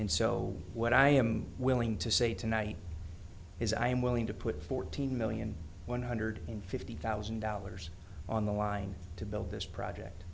and so what i am willing to say tonight is i am willing to put fourteen million one hundred fifty thousand dollars on the line to build this project